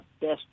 best